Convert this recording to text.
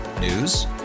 News